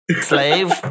slave